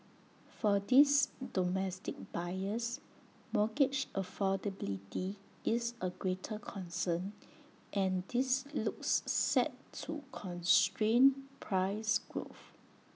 for these domestic buyers mortgage affordability is A greater concern and this looks set to constrain price growth